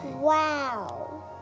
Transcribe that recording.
Wow